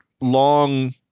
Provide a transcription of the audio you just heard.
long